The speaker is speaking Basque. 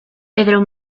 pedro